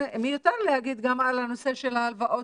מיותר להגיד גם על הנושא של ההלוואות,